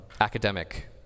academic